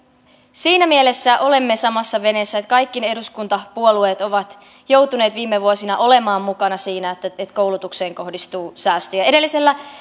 siinä mielessä olemme samassa veneessä että kaikki eduskuntapuolueet ovat joutuneet viime vuosina olemaan mukana siinä että koulutukseen kohdistuu säästöjä edellisellä